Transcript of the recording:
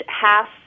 half